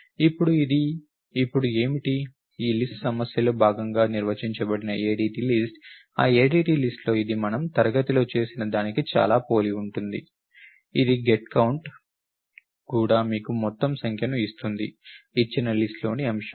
ఇప్పుడు ఇది ఇప్పుడు ఏమిటి ఈ లిస్ట్ సమస్యలో భాగంగా నిర్వచించబడిన ADT లిస్ట్ ఆ ADT లిస్ట్ లో ఇది మనము తరగతిలో చేసిన దానికి చాలా పోలి ఉంటుంది ఇది గెట్ కౌంట్ కూడా మీకు మొత్తం సంఖ్యను ఇస్తుంది ఇచ్చిన లిస్ట్ లోని అంశాలు